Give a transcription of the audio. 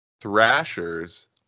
thrashers